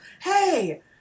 Hey